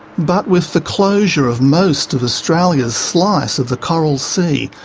but with the closure of most of australia's slice of the coral sea,